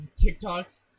TikToks